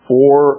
Four